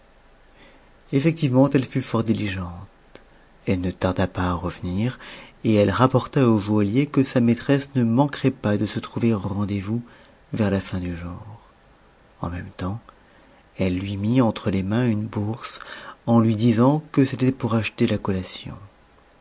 effectivement elle fut fort diligente elle ne tarda pas à revenir et elle rapporta au joaillier que sa maîtresse ne manquerait pas de se trouver au rendez-vous vers la fin du jour en même temps elle lui mit entre les mains une bourse en lui disant que c'était pour acheter la collation